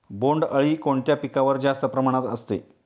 बोंडअळी कोणत्या पिकावर जास्त प्रमाणात असते?